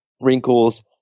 wrinkles